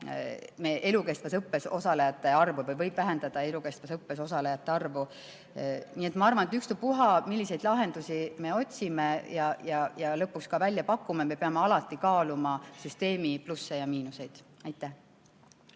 elukestvas õppes osalejate arvu kasvu või võib vähendada elukestvas õppes osalejate arvu. Nii et ma arvan, et ükspuha, milliseid lahendusi me otsime ja lõpuks ka välja pakume, me peame alati kaaluma süsteemi plusse ja miinuseid. See,